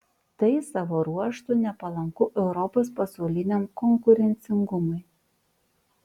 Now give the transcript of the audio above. tai savo ruožtu nepalanku europos pasauliniam konkurencingumui